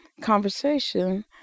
conversation